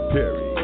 Perry